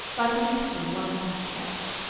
by policemen one mustn't shock.